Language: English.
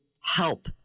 help